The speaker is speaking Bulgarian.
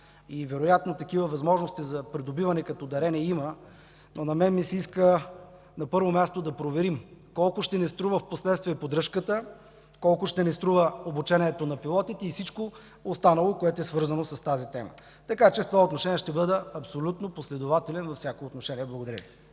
и вероятно такива възможности за придобиване като дарения има, но на мен ми се иска, на първо място, да проверим колко ще ни струва впоследствие поддръжката, колко ще ни струва обучението на пилотите и всичко останало, което е свързано с тази тема. Така че в това отношение ще бъда абсолютно последователен във всяко отношение. Благодаря Ви.